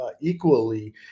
equally